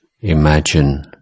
imagine